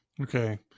okay